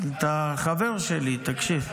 אתה חבר שלי, תקשיב.